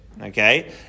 okay